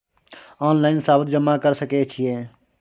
Online सावधि जमा कर सके छिये?